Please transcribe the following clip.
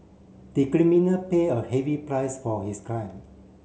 the criminal pay a heavy price for his crime